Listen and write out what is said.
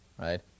Right